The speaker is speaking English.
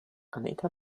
anita